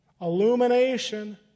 Illumination